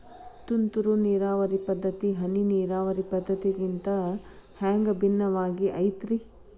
ತುಂತುರು ನೇರಾವರಿ ಪದ್ಧತಿ, ಹನಿ ನೇರಾವರಿ ಪದ್ಧತಿಗಿಂತ ಹ್ಯಾಂಗ ಭಿನ್ನವಾಗಿ ಐತ್ರಿ?